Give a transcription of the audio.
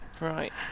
Right